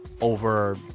over